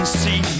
see